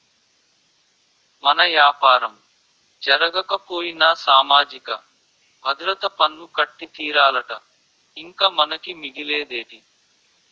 మన యాపారం జరగకపోయినా సామాజిక భద్రత పన్ను కట్టి తీరాలట ఇంక మనకి మిగిలేదేటి